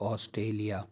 Australia